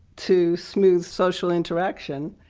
to smooth social interaction,